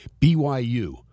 BYU